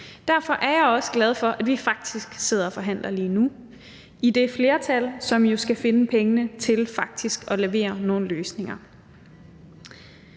Derfor er jeg også glad for at vi faktisk sidder og forhandler lige nu i det flertal, som skal finde pengene til at levere nogle løsninger.